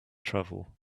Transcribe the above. travel